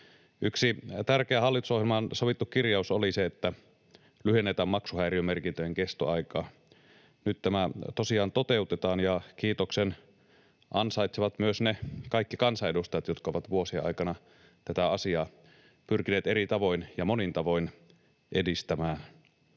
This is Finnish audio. Yksi tärkeä hallitusohjelmaan sovittu kirjaus oli se, että lyhennetään maksuhäiriömerkintöjen kestoaikaa. Nyt tämä tosiaan toteutetaan, ja kiitoksen ansaitsevat myös kaikki ne kansanedustajat, jotka ovat vuosien aikana tätä asiaa pyrkineet eri tavoin ja monin tavoin edistämään.